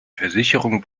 versicherung